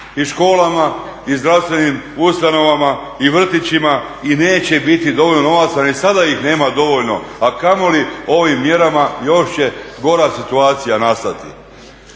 i školama, i zdravstvenim ustanovama, i vrtićima i neće biti dovoljno novaca ni sada ih nema dovoljno, a kamoli ovim mjerama još će gora situacija nastati.